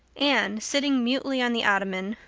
anne sitting mutely on the ottoman,